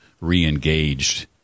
re-engaged